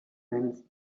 man